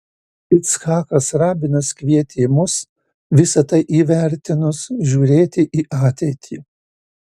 icchakas rabinas kvietė mus visa tai įvertinus žiūrėti į ateitį